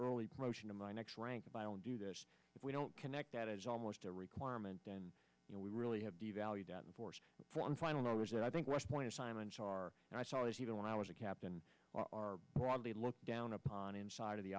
early promotion to my next rank if i don't do this if we don't connect that as almost a requirement then you know we really have devalued out in force one final numbers that i think west point assignments are and i saw this even when i was a captain are probably looked down upon inside of the